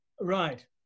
Right